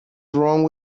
wrong